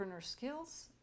skills